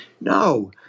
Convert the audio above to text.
No